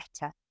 better